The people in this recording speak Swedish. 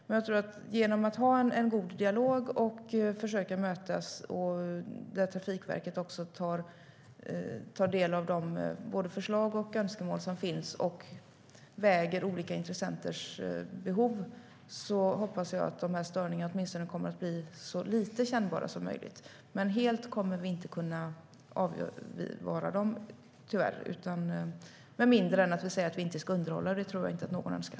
Men genom att ha en god dialog och försöka mötas, där Trafikverket tar del av de förslag och önskemål som finns och väger olika intressenters behov mot varandra, hoppas jag att dessa störningar kommer att bli så lite kännbara som möjligt. Helt kommer vi dock inte att kunna undvika dem - med mindre än att vi säger att vi inte ska underhålla, och det tror jag inte att någon önskar.